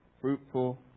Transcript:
fruitful